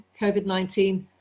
COVID-19